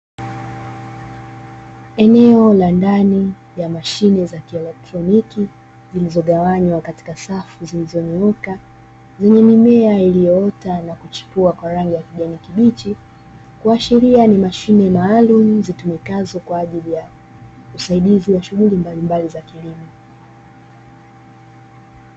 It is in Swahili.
Eneo la ndani ya mashine za kielektroniki zilizogawanywa katika safu zilizonyooka zenye mimea iliyoota na kuchipua kwa rangi ya kijani kibichi, kuashiria ni mashine maalumu zitumikazo kwa ajili ya usaidizi wa shughuli mbalimbali za kilimo.